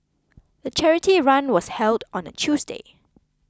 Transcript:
the charity run was held on a Tuesday